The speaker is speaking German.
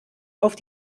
auf